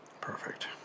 Perfect